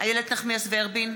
איילת נחמיאס ורבין,